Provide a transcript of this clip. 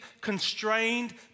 constrained